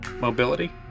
mobility